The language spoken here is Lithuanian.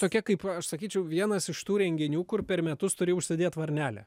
tokia kaip aš sakyčiau vienas iš tų renginių kur per metus turi užsidėt varnelę